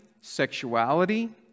sexuality